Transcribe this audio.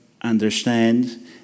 understand